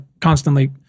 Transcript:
constantly